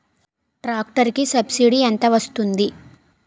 Tractor కి subsidy ఎంత వస్తుంది?